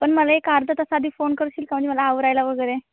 पण मला एक अर्धा तास आधी फोन करशील का म्हणजे मला आवरायला वगैरे